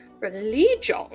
Religion